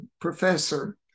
professor